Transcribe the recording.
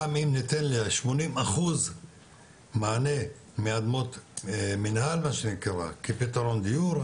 גם אם ניתן ל- 80% מענה מאדמות מנהל כפתרון דיור,